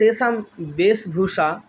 तेसां वेश भूषा